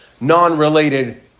Non-related